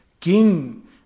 King